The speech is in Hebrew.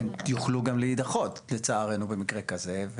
יוכלו גם להידחות, לצערנו, במקרה כזה.